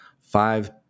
five